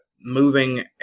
moving